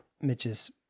Mitch's